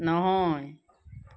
নহয়